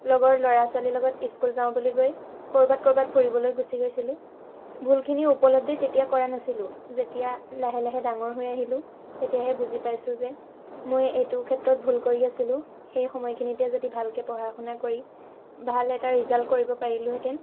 লগৰ ল'ৰা ছোৱালীৰ লগত স্কুললৈ যাওঁ বুলি গৈ ক'ৰবাত ক'ৰবাত ফুৰিবলৈ গুচি গৈছিলোঁ ভুলখিনিৰ উপলব্ধি তেতিয়া কৰা নাছিলোঁ যেতিয়া লাহে লাহে ডাঙৰ হৈ আহিলোঁ তেতিয়াহে বুজি পাইছোঁ যে মই এইটো ক্ষেত্ৰত ভুল কৰি আছিলোঁ সেই সময়খিনিতে যদি ভালকৈ পঢ়া শুনা কৰি ভাল এটা ৰিজাল্ট কৰিব পাৰিলোঁহেতেন